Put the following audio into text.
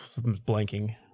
Blanking